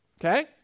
okay